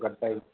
गड्डै